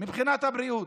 מבחינת הבריאות,